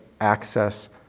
access